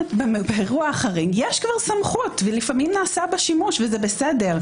באירוע חריג יש לו סמכות ולפעמים נעשה בה שימוש וזה בסדר.